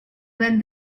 when